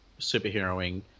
superheroing